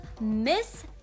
Miss